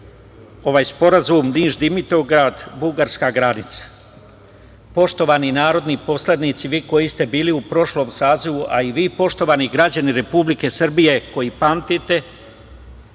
gasni sporazum Niš – Dimitrovgrad - Bugarska (granica).Poštovani narodni poslanici, vi koji ste bili u prošlom sazivu, a i vi poštovani građani Republike Srbije koji pamtite,